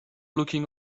looking